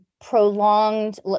prolonged